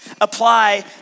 apply